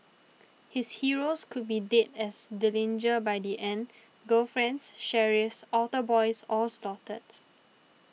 his heroes could be dead as Dillinger by the end girlfriends sheriffs altar boys all slaughtered